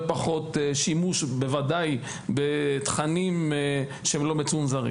פחות שימוש בוודאי בתכנים שאינם מצונזרים.